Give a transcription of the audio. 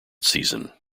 season